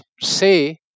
say